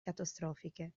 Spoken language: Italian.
catastrofiche